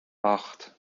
acht